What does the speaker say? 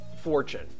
fortune